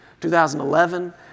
2011